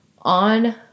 on